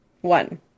One